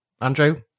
andrew